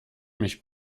mich